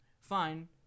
fine